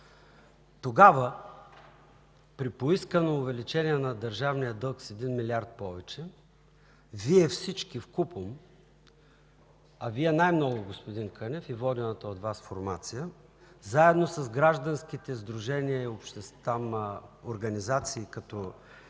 Тогава, при поискано увеличение на държавния дълг с 1 милиард повече, Вие всички вкупом, а Вие най-много, господин Кънев, и водената от Вас формация, заедно с гражданските сдружения, организации като